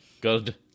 Good